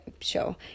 Show